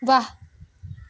व्वा